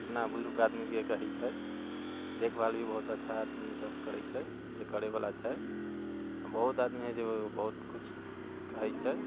अपना बुजुर्ग आदमी जे कहैत छै देखभाल भी बहुत अच्छा आदमी सब करैत छै जे करे बला छै बहुत आदमी हय जे बहुत किछु कहैत छै